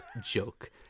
joke